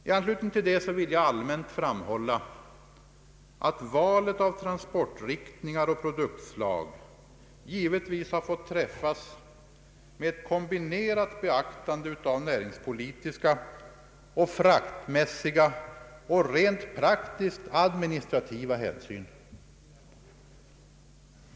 I anslutning till detta vill jag allmänt framhålla att valet av transportriktningar och transportslag givetvis får träffas med ett kombinerat beaktande av näringspolitiska, fraktmässiga och rent praktiskt administrativa hänsyn.